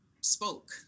spoke